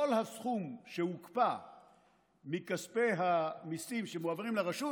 כל הסכום שהוקפא מכספי המיסים שמועברים לרשות